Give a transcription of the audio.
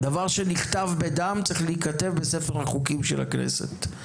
דבר שנכתב בדם צריך להיכתב בספר החוקים של הכנסת,